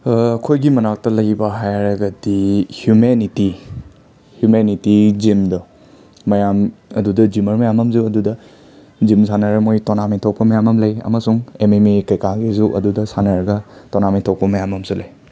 ꯑꯩꯈꯣꯏꯒꯤ ꯃꯅꯥꯛꯇ ꯂꯩꯕ ꯍꯥꯏꯔꯒꯗꯤ ꯍꯤꯌꯨꯃꯦꯅꯤꯇꯤ ꯍꯤꯌꯨꯃꯦꯅꯤꯇꯤ ꯖꯤꯝꯗꯣ ꯃꯌꯥꯝ ꯑꯗꯨꯗ ꯖꯤꯝꯃꯔ ꯃꯌꯥꯝ ꯑꯝꯁꯨ ꯑꯗꯨꯗ ꯖꯤꯝ ꯁꯥꯟꯅꯔ ꯃꯣꯏ ꯇꯣꯔꯅꯥꯃꯦꯟ ꯊꯣꯛꯄ ꯃꯌꯥꯝ ꯑꯃ ꯂꯩ ꯑꯃꯁꯨꯡ ꯑꯦꯝ ꯑꯦꯝ ꯑꯦ ꯀꯩꯀꯥꯈꯩꯁꯨ ꯑꯗꯨꯗ ꯁꯥꯟꯅꯔꯒ ꯇꯣꯔꯅꯥꯃꯦꯟ ꯊꯣꯛꯄ ꯃꯌꯥꯝ ꯑꯝꯁꯨ ꯂꯩ